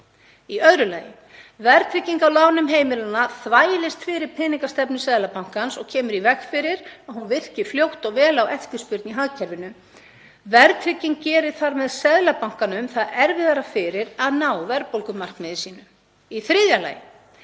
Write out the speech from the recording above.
Í öðru lagi: Verðtrygging á lánum heimilanna þvælist fyrir peningastefnu Seðlabankans og kemur í veg fyrir að hún virki fljótt og vel á eftirspurn í hagkerfinu. Verðtrygging gerir þar með Seðlabankanum það erfiðara fyrir að ná verðbólgumarkmiði sínu. Í þriðja lagi: